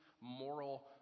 moral